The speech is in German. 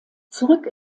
zurück